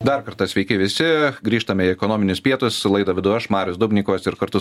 dar kartą sveiki visi grįžtame į ekonominius pietus laidą vedu aš marius dubnikovas ir kartu